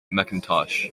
mcintosh